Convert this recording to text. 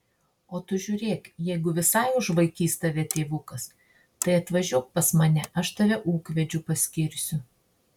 o tu žiūrėk jeigu visai užvaikys tave tėvukas tai atvažiuok pas mane aš tave ūkvedžiu paskirsiu